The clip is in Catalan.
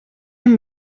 hem